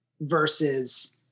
versus